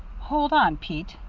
hold on, pete,